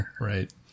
Right